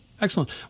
Excellent